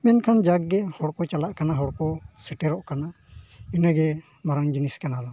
ᱢᱮᱱᱠᱷᱟᱱ ᱡᱟᱠ ᱜᱮ ᱦᱚᱲ ᱠᱚ ᱪᱟᱞᱟᱜ ᱠᱟᱱᱟ ᱦᱚᱲ ᱠᱚ ᱥᱮᱴᱮᱨᱚᱜ ᱠᱟᱱᱟ ᱤᱱᱟᱹ ᱜᱮ ᱢᱟᱨᱟᱝ ᱡᱤᱱᱤᱥ ᱠᱟᱱᱟ